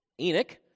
Enoch